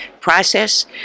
process